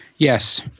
Yes